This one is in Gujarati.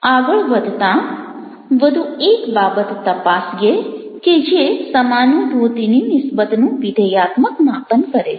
આગળ વધતાં વધુ એક બાબત તપાસીએ કે જે સમાનુભૂતિની નિસ્બતનું વિધેયાત્મક માપન કરે છે